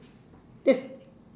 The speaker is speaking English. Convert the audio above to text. that's